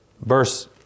Verse